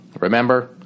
Remember